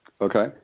Okay